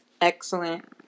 excellent